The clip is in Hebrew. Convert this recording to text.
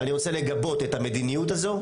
ואני רוצה לגבות את המדיניות הזו.